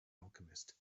alchemist